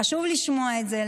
חשוב לשמוע את זה,